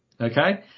Okay